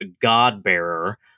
God-bearer